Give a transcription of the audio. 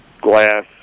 glass